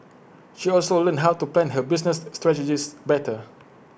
she also learned how to plan her business strategies better